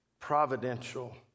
Providential